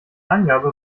angabe